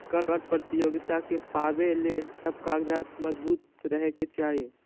कर प्रतियोगिता के पावे ले सब कागजात मजबूत रहे के चाही